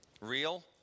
Real